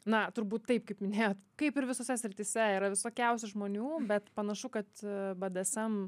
na turbūt taip kaip minėjot kaip ir visose srityse yra visokiausių žmonių bet panašu kad bdsm